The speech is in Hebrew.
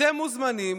אתם מוזמנים,